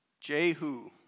Jehu